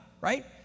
right